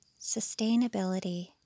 sustainability